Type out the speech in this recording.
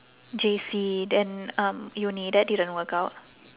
J_C then um uni that didn't work out